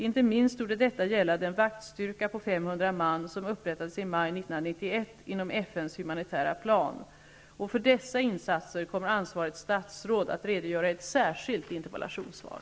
Inte minst torde detta gälla den vaktstyrka på 500 man som upprättades i maj 1991 inom FN:s humanitära plan. För dessa insatser kommer ansvarigt statsråd att redogöra i ett särskilt interpellationssvar.